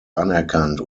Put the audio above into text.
anerkannt